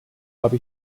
habe